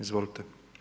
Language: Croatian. Izvolite.